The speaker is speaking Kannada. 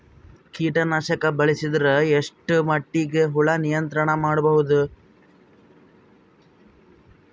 ಕೀಟನಾಶಕ ಬಳಸಿದರ ಎಷ್ಟ ಮಟ್ಟಿಗೆ ಹುಳ ನಿಯಂತ್ರಣ ಮಾಡಬಹುದು?